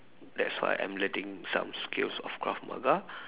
that's why I'm learning some skills of Krav-Maga